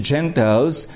Gentiles